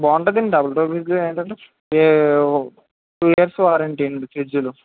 బాగుంటుందండి double door fridge ఏంటంటే two years warranty అండి ఫ్రిడ్జులు